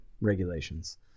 regulations